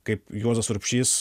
kaip juozas urbšys